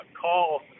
call –